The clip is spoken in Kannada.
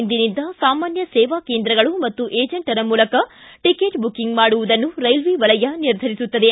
ಇಂದಿನಿಂದ ಸಾಮಾನ್ಯ ಸೇವಾ ಕೆಂದ್ರಗಳು ಮತ್ತು ಏಂಜೆಟ್ರ ಮೂಲಕ ಟಕೆಟ್ ಬುಕ್ಕಿಂಗ್ ಮಾಡುವುದನ್ನು ರೈಲ್ವೆ ವಲಯ ನಿರ್ಧರಿಸುತ್ತದೆ